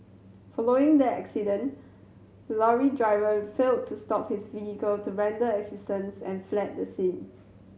following the accident lorry driver failed to stop his vehicle to render assistance and fled the scene